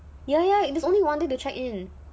ya ya there's only one day to check in